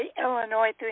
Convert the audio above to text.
Illinois